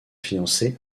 fiancée